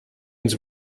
ins